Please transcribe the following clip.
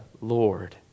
Lord